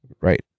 Right